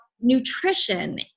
nutrition